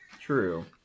True